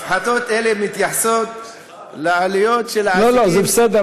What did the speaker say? הפחתות אלה מתייחסות לעלויות לעסקים, לא, זה בסדר.